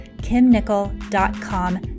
kimnickel.com